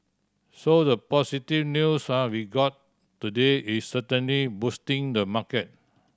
so the positive news are we got today is certainly boosting the market